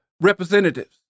representatives